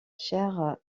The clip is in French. chair